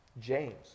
james